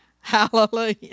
Hallelujah